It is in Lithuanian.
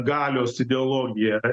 galios ideologija